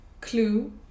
Clue